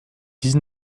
dix